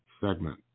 segment